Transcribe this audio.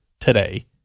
today